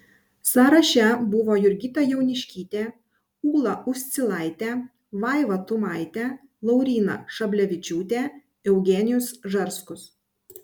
sąraše buvo jurgita jauniškytė ūla uscilaitė vaiva tumaitė lauryna šablevičiūtė eugenijus žarskus